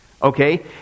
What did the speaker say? Okay